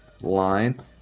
line